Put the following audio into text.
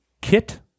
Kit